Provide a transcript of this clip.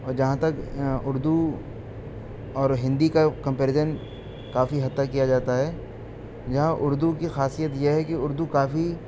اور جہاں تک اردو اور ہندی کا کمپیریزن کافی حد تک کیا جاتا ہے یہاں اردو کی خاصیت یہ ہے کہ اردو کافی